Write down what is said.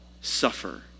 suffer